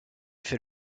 fait